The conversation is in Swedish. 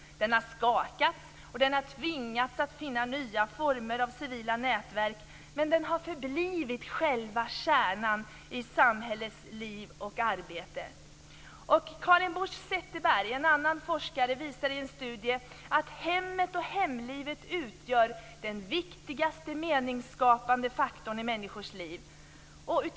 Den har skakats och tvingats att finna nya former av civila nätverk, men den har förblivit själva kärnan i samhällets liv och arbete". Karin Busch Zetterberg, en annan forskare, visar i en studie att hemmet och hemlivet utgör den viktigaste meningsskapande faktorn i människors liv.